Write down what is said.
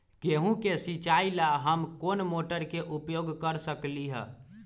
गेंहू के सिचाई ला हम कोंन मोटर के उपयोग कर सकली ह?